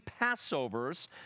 Passovers